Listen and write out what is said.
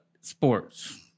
sports